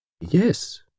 Yes